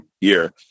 year